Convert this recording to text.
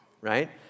right